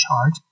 charge